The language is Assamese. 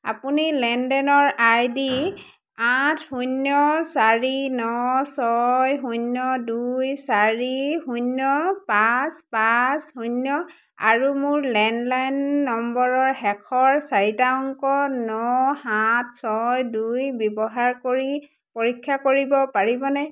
আপুনি লেনদেনৰ আইডি আঠ শূন্য চাৰি ন ছয় শূন্য দুই চাৰি শূন্য পাঁচ পাঁচ শূন্য আৰু মোৰ লেণ্ডলাইন নম্বৰৰ শেষৰ চাৰিটা অংক ন সাত ছয় দুই ব্যৱহাৰ কৰি পৰীক্ষা কৰিব পাৰিবনে